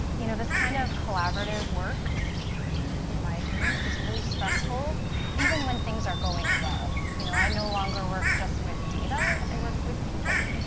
you know, this kind of collaborative work in my opinion is really stressful even when things are going well. you know, i no longer work just with data, i work with people.